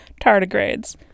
tardigrades